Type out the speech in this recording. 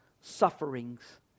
sufferings